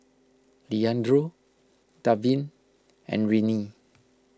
Leandro Davin and Rennie